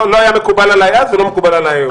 לא היה מקובל עליי אז ולא מקובל היום.